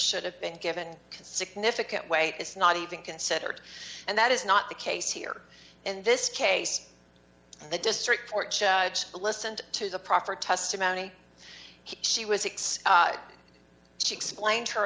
should have been given significant weight is not even considered and that is not the case here in this case the district court judge listened to the proffered testimony she was six she explained her